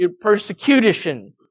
Persecution